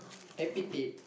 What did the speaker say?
epithet